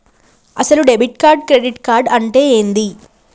అసలు debit card credit card అంటే ఏంది?